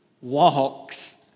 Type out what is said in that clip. walks